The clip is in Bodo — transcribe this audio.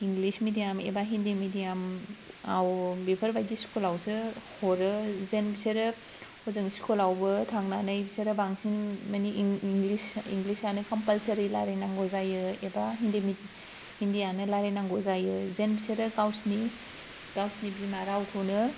इंग्लिस मिडियाम एबा हिन्दी मिडायाम आव बेफोरबादि स्कुलावसो हरो जेन बिसोरो हजों स्कुलावबो थांनानै बिसोरो बांसिन मानि इंग्लिसआनो कम्पालसारि रायलायनांगौ जायो एबा हिन्दी आनो रायलायनांगौ जायो जेन बिसोरो गावसिनि गावसोरनि बिमा रावखौनो